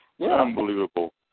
Unbelievable